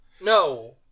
No